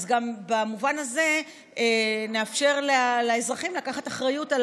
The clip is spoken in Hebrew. אז גם במובן הזה נאפשר לאזרחים לקחת אחריות על